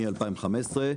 מ-2015,